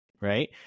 Right